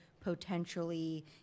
potentially